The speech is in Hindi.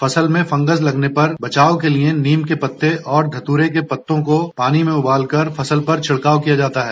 फसल में फंगस लगने पर बचाव के लिए नीम के पत्ते और धतूरे के पत्तों को पानी में उबालकर फसल पर छिड़काव किया जाता है